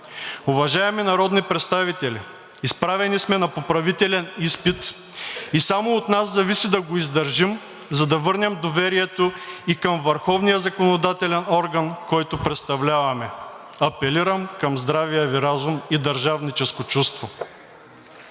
Уважаеми народни представители, изправени сме на поправителен изпит и само от нас зависи да го издържим, за да върнем доверието и към върховния законодателен орган, който представляваме. Апелирам към здравия Ви разум и държавническо чувство!